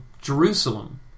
Jerusalem